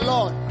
Lord